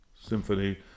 symphony